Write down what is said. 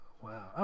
Wow